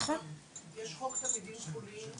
תלמידים חולים.